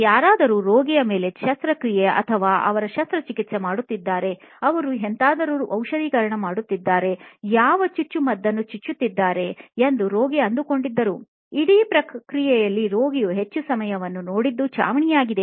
ಯಾರಾದರೂ ರೋಗಿಯ ಮೇಲೆ ಶಸ್ತ್ರಕ್ರಿಯೆ ಅಥವಾ ಅವರ ಶಸ್ತ್ರಚಿಕಿತ್ಸೆ ಮಾಡುತ್ತಿದ್ದಾರೆ ಅವರು ಏಂಥಾದರೂ ಔಷಧೀಕರಣ ಮಾಡುತ್ತಿದ್ದಾರೆ ಯಾವ ಚುಚ್ಚುಮದ್ದನ್ನು ಚುಚ್ಚುತ್ತಿದ್ದಾರೆ ಎಂದು ರೋಗಿಯು ಅಂದುಕೊಂಡಿದ್ದರು ಆದರೆ ಇಡೀ ಪ್ರಕ್ರಿಯೆಯಲ್ಲಿ ರೋಗಿ ಹೆಚ್ಚಿನ ಸಮಯ ನೋಡಿದ್ದು ಚಾವಣಿಯಾಗಿದೆ